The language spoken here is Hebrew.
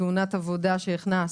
תאונת עבודה שהכנסת.